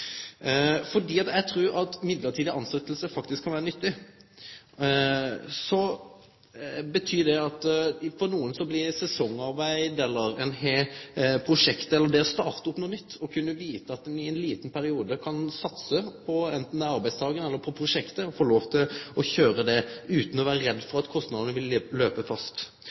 Eg trur at midlertidig tilsetjing kan vere nyttig. For nokre er sesongarbeidet eller prosjektet eller det å starte opp noko nytt, det å kunne veta at ein i ein liten periode kan satse, anten det er som arbeidstakar eller det er med prosjektet, og få lov til å køyre det utan å vere redd for at kostnadene vil løpe fast.